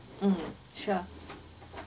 mm sure